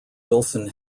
wilson